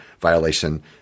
violation